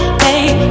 babe